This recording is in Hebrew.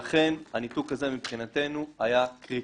לכן מבחינתנו, הניתוק הזה היה קריטי.